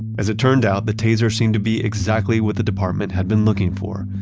as it turned out, the taser seemed to be exactly what the department had been looking for,